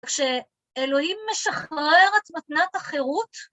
כשאלוהים משחרר את מתנת החירות,